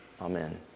Amen